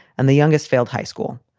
and the youngest failed high school.